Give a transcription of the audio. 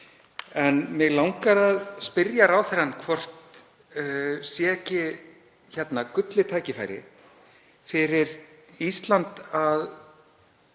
En mig langar að spyrja ráðherrann hvort hér sé ekki gullið tækifæri fyrir Ísland að